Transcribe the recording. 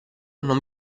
non